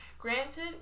Granted